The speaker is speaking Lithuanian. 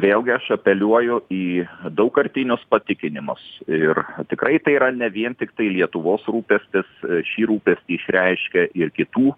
vėlgi aš apeliuoju į daugkartinius patikinimus ir tikrai tai yra ne vien tiktai lietuvos rūpestis šį rūpestį išreiškia ir kitų